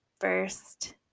first